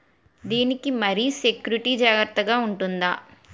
దీని కి మరి సెక్యూరిటీ జాగ్రత్తగా ఉంటుందా?